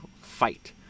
fight